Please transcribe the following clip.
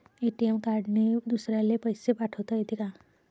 ATM कार्डने दुसऱ्याले पैसे पाठोता येते का?